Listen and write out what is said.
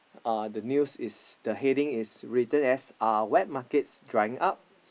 uh the news is the heading is written as uh wet markets drying up